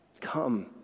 Come